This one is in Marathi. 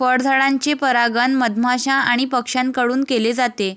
फळझाडांचे परागण मधमाश्या आणि पक्ष्यांकडून केले जाते